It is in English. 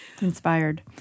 Inspired